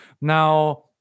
Now